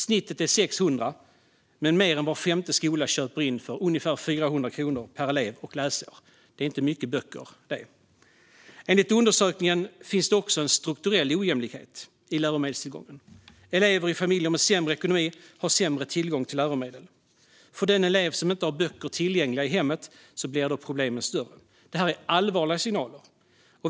Snittet är 600 kronor, men mer än var femte skola köper in för ungefär 400 kronor per elev och läsår. Det är inte mycket böcker. Enligt undersökningen finns det en strukturell ojämlikhet i läromedelstillgången. Elever i familjer med sämre ekonomi har sämre tillgång till läromedel. För den elev som inte har böcker tillgängliga i hemmet blir problemen större. Det är allvarliga signaler.